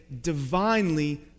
divinely